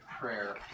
prayer